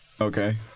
Okay